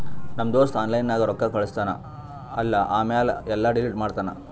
ನಮ್ ದೋಸ್ತ ಆನ್ಲೈನ್ ನಾಗ್ ರೊಕ್ಕಾ ಕಳುಸ್ತಾನ್ ಅಲ್ಲಾ ಆಮ್ಯಾಲ ಎಲ್ಲಾ ಡಿಲೀಟ್ ಮಾಡ್ತಾನ್